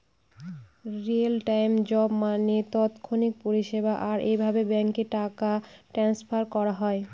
real time job মানে তৎক্ষণাৎ পরিষেবা, আর এভাবে ব্যাঙ্কে টাকা ট্রান্সফার করা হয়